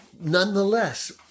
Nonetheless